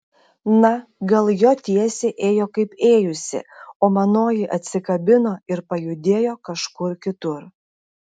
na gal jo tiesė ėjo kaip ėjusi o manoji atsikabino ir pajudėjo kažkur kitur